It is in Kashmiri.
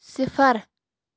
صِفر